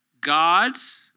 God's